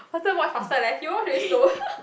faster watch faster leh you watch very slow